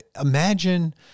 imagine